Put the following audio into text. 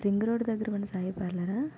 ring road దగ్గర ఉన్న సాయి పార్లరా